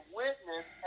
witness